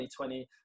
2020